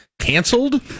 Canceled